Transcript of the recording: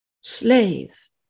slaves